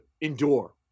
endure